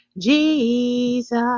Jesus